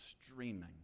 streaming